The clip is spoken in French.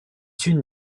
une